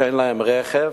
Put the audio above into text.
אין להם רכב,